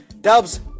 Dubs